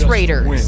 Raiders